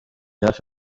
hafi